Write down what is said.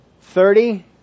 thirty